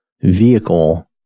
vehicle